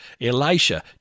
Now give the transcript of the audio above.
Elisha